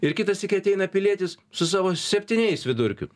ir kitą sykį ateina pilietis su savo septyniais vidurkiu